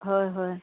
হয় হয়